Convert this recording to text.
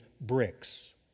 bricks